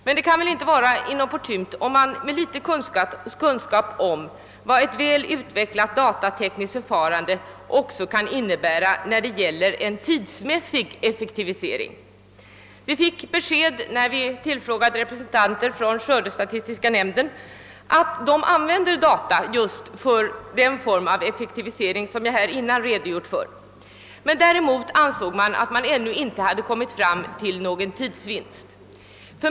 Men det kan väl inte vara inopportunt om man med litet kunskap om vad ett väl utvecklat datatekniskt förfarande kan innebära också när det gäller en tidsmässig effektivisering vågar hoppas på en sådan. Vi fick när vi tillfrågade representanter för skördestatistiska nämnden beskedet att de använder datateknik just för den form av effektivisering som jag redogjort för. Men däremot ansåg man att man ännu inte gjort någon större tidsvinst.